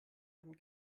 man